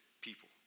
people